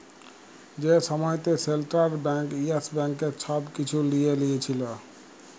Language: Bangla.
যে সময়তে সেলট্রাল ব্যাংক ইয়েস ব্যাংকের ছব কিছু লিঁয়ে লিয়েছিল